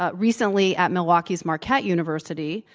ah recently, at milwaukee's marquette university,